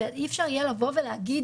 אי אפשר יהיה לבוא ולהגיד,